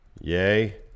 Yay